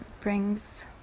brings